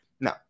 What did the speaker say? No